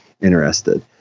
interested